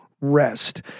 rest